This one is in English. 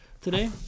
today